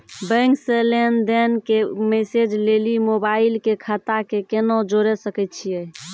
Bank से लेंन देंन के मैसेज लेली मोबाइल के खाता के केना जोड़े सकय छियै?